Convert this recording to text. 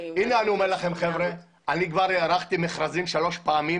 אני כבר הארכתי מכרזים שלוש פעמים